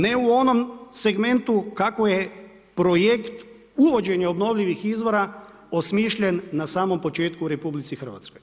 Ne u onom segmentu kako je projekt, uvođenje obnovljivih izvora osmišljen na samom početku u RH.